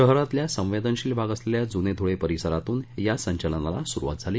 शहरातल्या संवेदनशील भाग असलेल्या जूने धूळे परिसरातून या संचलनाला सुरुवात झाली